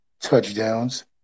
touchdowns